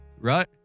right